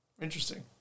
Interesting